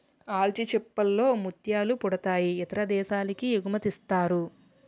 ఆల్చిచిప్పల్ లో ముత్యాలు పుడతాయి ఇతర దేశాలకి ఎగుమతిసేస్తారు